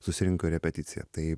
susirinko į repeticiją tai